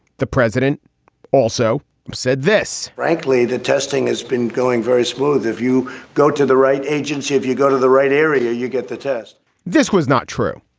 the president also said this frankly, the testing has been going very smooth. if you go to the right agency, if you go to the right area, you get the test this was not true.